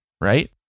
right